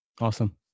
Awesome